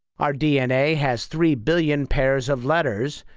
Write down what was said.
our dna has three billion pairs of letters,